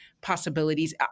possibilities